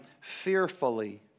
fearfully